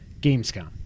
Gamescom